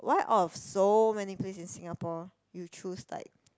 why out of so many place in Singapore you choose like